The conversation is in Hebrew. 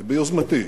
ביוזמתי,